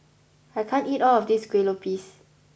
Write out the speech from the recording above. I can't eat all of this kuih lopes